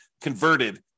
converted